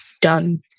done